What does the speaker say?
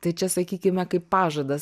tai čia sakykime kaip pažadas